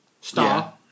star